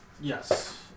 Yes